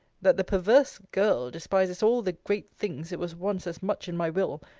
that the perverse girl despises all the great things it was once as much in my will,